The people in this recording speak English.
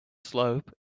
slope